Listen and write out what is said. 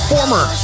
Former